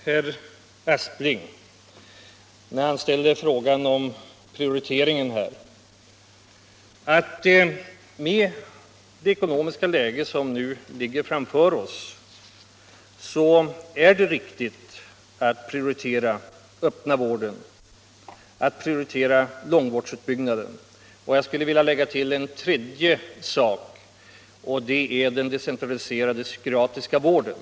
När herr Aspling ställer frågan om prioriteringen vill jag därför svara, att i det ekonomiska läge som nu ligger framför oss är det riktigt att prioritera en utbyggnad av öppenvården och långvården. Jag skulle vilja lägga till en tredje sak, nämligen den decentraliserade psykiatriska vården.